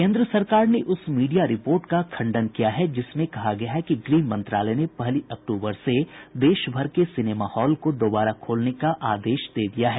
केन्द्र सरकार ने उस मीडिया रिपोर्ट का खंडन किया है जिसमें कहा गया है कि गृह मंत्रालय ने पहली अक्टूबर से देश भर के सिनेमा हॉल को दोबारा खोलने का आदेश दे दिया है